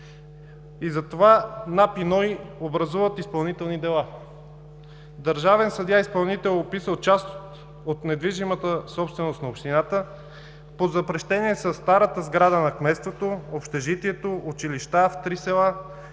институт образуват изпълнителни дела. Държавен съдебен изпълнител описва част от недвижимата собственост на общината. Под запрещение са старата сграда на кметството, общежитието, училища в три села,